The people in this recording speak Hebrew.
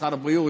משרד הבריאות,